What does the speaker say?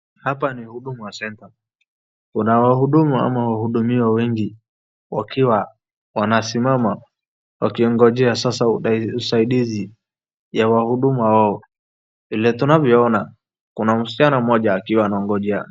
hapa ni Huduma center kuna wahuduma ama wahudumiwa wengi wakiwa wanasimama wakiongojea sasa usaidizi ya wahudumu wao. Vile tunavyo ona kuna msichana mmoja akiwa anaongojea.